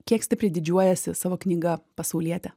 kiek stipriai didžiuojiesi savo knyga pasaulietė